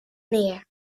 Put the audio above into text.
neer